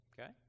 Okay